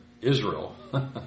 Israel